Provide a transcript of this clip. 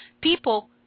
People